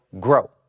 grow